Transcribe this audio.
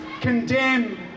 condemn